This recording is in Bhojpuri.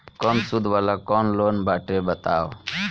कम सूद वाला कौन लोन बाटे बताव?